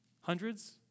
Hundreds